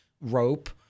rope